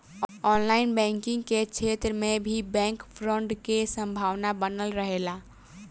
online banking के क्षेत्र में भी बैंक फ्रॉड के संभावना बनल रहेला